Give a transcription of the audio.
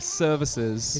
services